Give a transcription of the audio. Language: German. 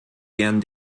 gern